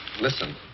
Listen